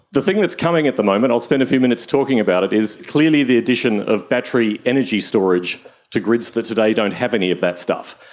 the thing that is coming at the moment, i'll spend a few minutes talking about it, is clearly the addition of battery energy storage to grids that today don't have any that stuff.